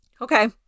Okay